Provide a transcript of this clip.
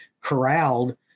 corralled